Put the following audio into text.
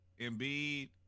Embiid